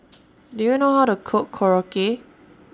Do YOU know How to Cook Korokke